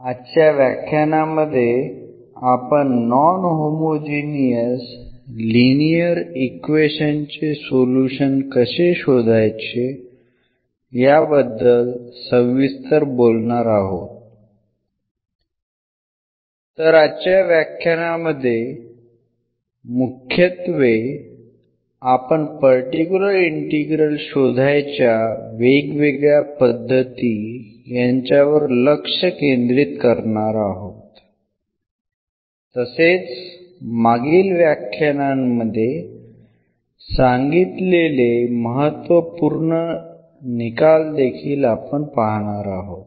आजच्या व्याख्यानामध्ये आपण नॉन होमोजिनिअस लीनियर इक्वेशनचे सोल्युशन कसे शोधायचे याबद्दल सविस्तर बोलणार आहोत तर आजच्या व्याख्यानामध्ये मुख्यत्वे आपण पर्टिक्युलर इंटीग्रल शोधायच्या वेगवेगळ्या पद्धती यांच्यावर लक्ष केंद्रित करणार आहोत तसेच मागील व्याख्यानांमध्ये सांगितलेले महत्त्वपूर्ण निकाल देखील पाहणार आहोत